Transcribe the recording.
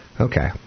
Okay